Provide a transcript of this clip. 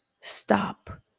stop